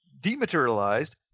dematerialized